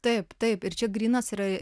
taip taip ir čia grynas yra